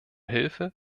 hilfe